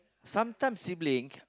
sometime sibling